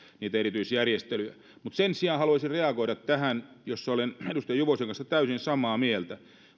niitä erityisjärjestelyjä mutta sen sijaan haluaisin reagoida tähän jossa olen edustaja juvosen kanssa täysin samaa mieltä